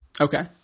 Okay